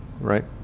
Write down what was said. Right